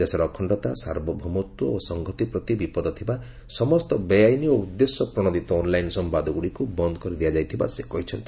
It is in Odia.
ଦେଶର ଅଖଣ୍ଡତା ସାର୍ବଭୌମତ୍ୱ ଓ ସଂହତି ପ୍ରତି ବିପଦ ଥିବା ସମସ୍ତ ବେଆଇନ ଓ ଉଦ୍ଦେଶ୍ୟ ପ୍ରଣୋଦିତ ଅନ୍ଲାଇନ୍ ସମ୍ବାଦ ଗୁଡ଼ିକୁ ବନ୍ଦ କରିଦିଆଯାଇଥିବା ସେ କହିଛନ୍ତି